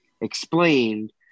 explained